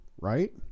right